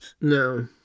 No